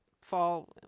fall